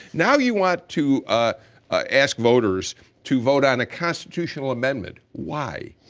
now you want to ah ah ask voters to vote on a constitutional amendment. why?